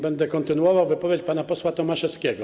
Będę kontynuował wypowiedź pana posła Tomaszewskiego.